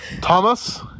Thomas